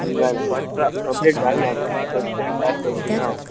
ना ना first draft complete जाल ना आजून फस्ट ड्राफ्ट टायप कोत्ता थिंगा आसा हांव